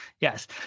yes